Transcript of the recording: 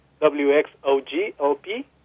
W-X-O-G-O-P